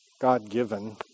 God-given